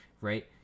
right